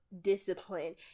discipline